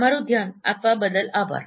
તમારું ધ્યાન આપવા બદલ આભાર